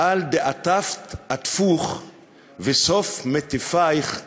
"על דאטפת אטפוך וסוף מטיפייך יטופון".